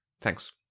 Thanks